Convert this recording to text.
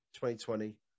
2020